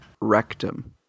Rectum